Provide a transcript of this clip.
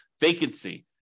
vacancy